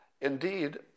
Indeed